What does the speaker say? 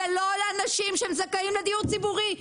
הוא לא לאנשים שזכאים לדיור ציבורי,